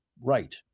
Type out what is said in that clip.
right